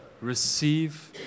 receive